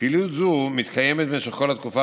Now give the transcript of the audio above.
פעילות זו מתקיימת במשך כל התקופה,